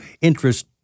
interest